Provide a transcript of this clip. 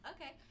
okay